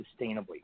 sustainably